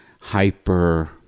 hyper